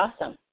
awesome